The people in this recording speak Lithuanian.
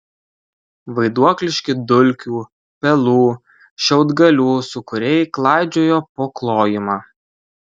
vaiduokliški dulkių pelų šiaudgalių sūkuriai klaidžiojo po klojimą